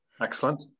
Excellent